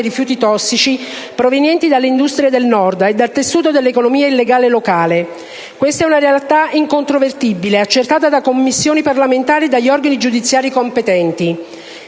rifiuti tossici provenienti dalle industrie del Nord e dal tessuto dell'economia illegale locale. Questa è una realtà incontrovertibile, accertata da Commissioni parlamentari e dagli organi giudiziari competenti,